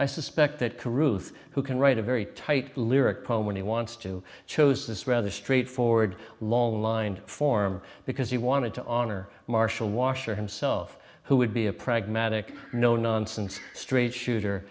i suspect that caruso who can write a very tight lyric poem when he wants to chose this rather straightforward long lined form because he wanted to honor marshall washer himself who would be a pragmatic no nonsense straight shooter